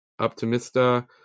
Optimista